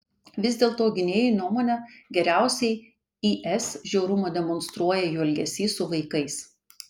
vis dėlto gynėjų nuomone geriausiai is žiaurumą demonstruoja jų elgesys su vaikais